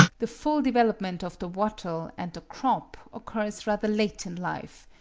the full development of the wattle and the crop occurs rather late in life,